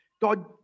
God